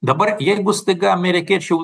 dabar jeigu staiga amerikiečių